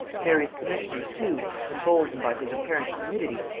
mary's commissioners too, emboldened by his apparent timidity,